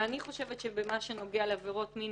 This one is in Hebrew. אני חושבת שבכל הנוגע לעבירות מין,